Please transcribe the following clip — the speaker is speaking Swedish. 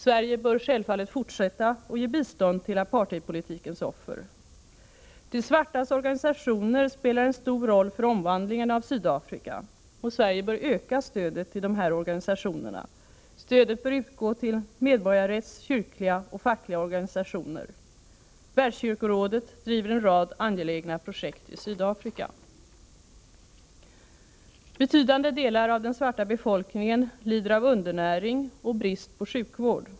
Sverige bör självfallet fortsätta att ge bistånd till apartheidpolitikens offer. De svartas organisationer spelar en stor roll för omvandlingen av Sydafrika. Sverige bör öka stödet till dessa organisationer. Stödet bör utgå till medborgarrättsorganisationer, kyrkliga och fackliga organisationer. Världskyrkorådet driver en rad angelägna projekt i Sydafrika. Betydande delar av den svarta befolkningen lider av undernäring och brist på sjukvård.